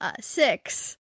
six